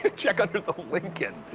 ah check under the lincoln.